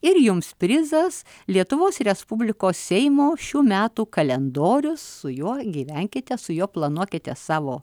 ir jums prizas lietuvos respublikos seimo šių metų kalendorius su juo gyvenkite su juo planuokite savo